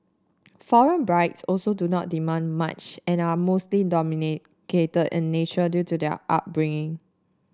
foreign brides also do not demand much and are mostly in nature due to their upbringing